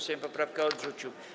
Sejm poprawkę odrzucił.